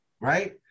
Right